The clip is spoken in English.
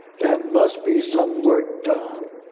there must be some work done